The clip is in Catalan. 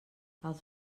els